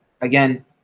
again